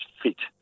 fit